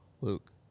Luke